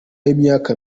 y’imyaka